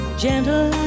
gentle